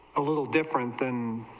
a little different than